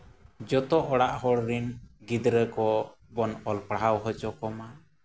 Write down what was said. ᱡᱚᱛᱚ ᱚᱲᱟᱜ ᱦᱚᱲ ᱨᱤᱱ ᱜᱤᱫᱽᱨᱟᱹ ᱠᱚᱵᱚᱱ ᱚᱞ ᱯᱟᱲᱦᱟᱣ ᱦᱚᱪᱚ ᱠᱚᱢᱟ